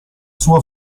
sua